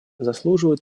заслуживают